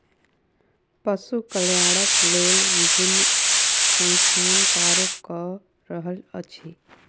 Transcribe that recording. पशु कल्याणक लेल विभिन्न संस्थान कार्य क रहल अछि